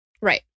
right